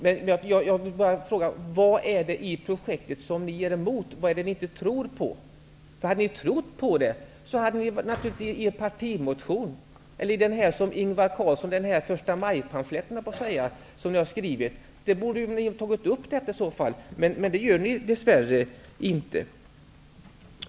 Jag vill bara fråga vad i projektet ni är emot, och vad det är ni inte tror på. Om ni hade trott på det, så borde ni i så fall ha tagit upp det i en partimotion eller i ''förstamajpamfletten'' -- som jag skulle vilja kalla den -- som ni har skrivit. Där borde ni i så fall ha tagit upp detta, men det gör ni dess värre inte.